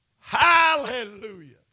Hallelujah